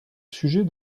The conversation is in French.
sujet